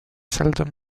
seldom